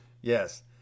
yes